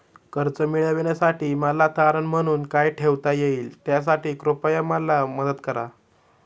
कर्ज मिळविण्यासाठी मला तारण म्हणून काय ठेवता येईल त्यासाठी कृपया मला मदत करा